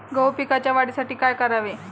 गहू पिकाच्या वाढीसाठी काय करावे?